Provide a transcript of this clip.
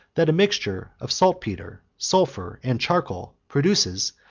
that a mixture of saltpetre, sulphur, and charcoal, produces,